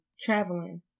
traveling